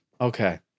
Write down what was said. Okay